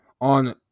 on